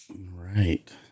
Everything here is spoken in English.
Right